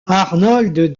arnold